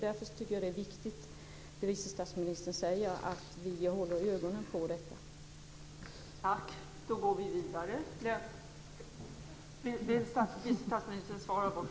Det vice statsministern säger om att vi ska hålla ögonen på detta är viktigt.